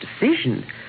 decision